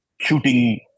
shooting